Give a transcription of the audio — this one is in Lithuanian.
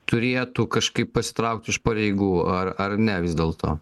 turėtų kažkaip pasitraukti iš pareigų ar ar ne vis dėlto